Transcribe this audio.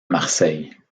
marseille